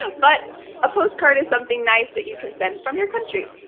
but a postcard is something nice that you can send from your country.